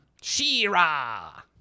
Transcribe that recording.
She-ra